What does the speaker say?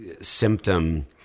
symptom